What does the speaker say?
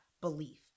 belief